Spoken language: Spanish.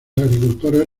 agricultores